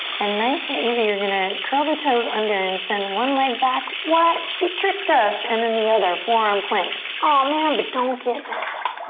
and nice and easy you're gonna curl the toes under and send one leg back. what? she tricked us and then the other, forearm plank. aw ah man, but don't get mad.